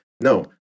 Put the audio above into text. No